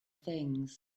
things